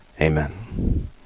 Amen